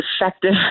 effective